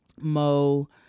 Mo